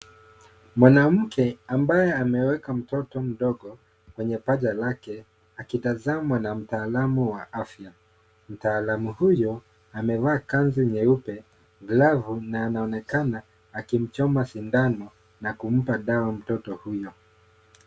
Mwanamke ambaye ameweka mtoto mdogo kwenye paja lake, akitazamwa na mtaalamu wa afya. Mtaalamu huyo amevaa kanzu nyeupe, glavu na anaonekana akimchoma sindano na kumpa dawa mtoto huyo.